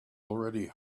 already